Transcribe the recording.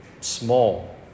Small